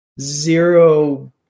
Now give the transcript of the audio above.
zero